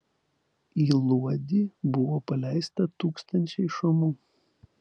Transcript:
į luodį buvo paleista tūkstančiai šamų